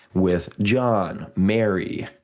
with john, mary,